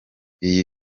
iyi